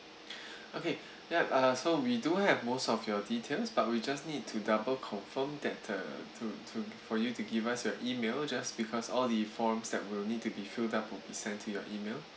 okay ya uh so we do have most of your details but we just need to double confirm that the to to for you to give us your email just because all the forms that will need to be filled out will be sent to your email